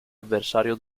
avversario